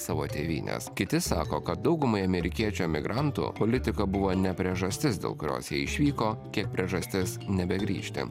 savo tėvynės kiti sako kad daugumai amerikiečių emigrantų politika buvo ne priežastis dėl kurios jie išvyko kiek priežastis nebegrįžti